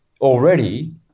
already